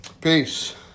Peace